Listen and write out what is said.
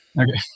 Okay